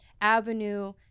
avenue